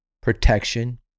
protection